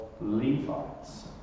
Levites